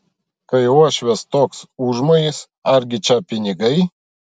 kai uošvės toks užmojis argi čia pinigai